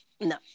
No